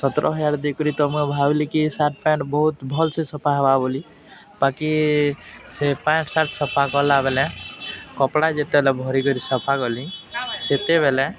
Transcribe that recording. ସତର ହଜାର ଦେଇିକରି ତ ମୁଁ ଭାବିଲିକି ସାର୍ଟ ପ୍ୟାଣ୍ଟ ବହୁତ ଭଲ ସେ ସଫା ହେବା ବୋଲି ବାକି ସେ ପ୍ୟାଣ୍ଟ ସାର୍ଟ ସଫା କଲାବେଲେ କପଡ଼ା ଯେତେବେଲେ ଭରି କରି ସଫା କଲି ସେତେବେଲେ